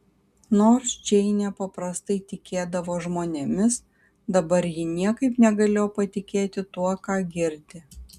nors džeinė paprastai tikėdavo žmonėmis dabar ji niekaip negalėjo patikėti tuo ką girdi